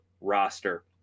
roster